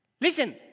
Listen